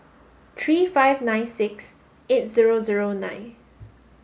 three five nine six eight zero zero nine